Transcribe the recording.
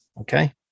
Okay